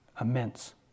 immense